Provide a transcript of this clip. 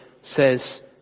says